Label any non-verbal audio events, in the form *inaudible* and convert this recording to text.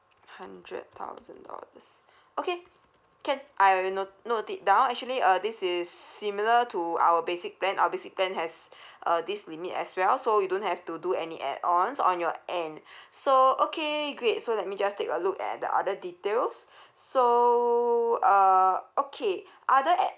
hundred thousand dollars okay can I will note note it down actually uh this is similar to our basic plan our basic plan has *breath* uh this limit as well so you don't have to do any add ons on your end so okay great so let me just take a look at the other details *breath* so uh okay other add